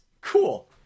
Cool